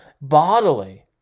bodily